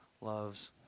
loves